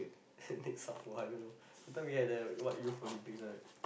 next hub for I don't know that time we had the what Youth-Olympics right